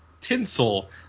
Tinsel